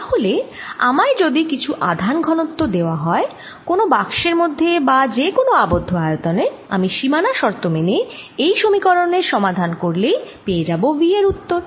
তাহলে আমায় যদি কিছু আধান ঘনত্ব দেওয়া হয় কোন বাক্সের মধ্যে বা যে কোন আবদ্ধ আয়তনে আমি সীমানা শর্ত মেনে এই সমীকরনের সমাধান করলেই পেয়ে যাবো V এর উত্তর